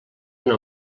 una